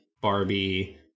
Barbie